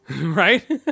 Right